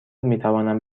میتوانم